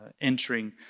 entering